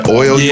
oil